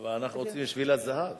אבל אנחנו רוצים את שביל הזהב,